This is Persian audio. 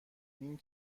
این